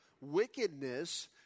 wickedness